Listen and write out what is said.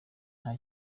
nta